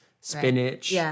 spinach